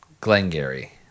Glengarry